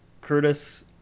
Curtis